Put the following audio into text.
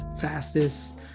fastest